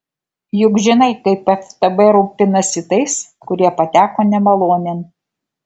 juk žinai kaip ftb rūpinasi tais kurie pateko nemalonėn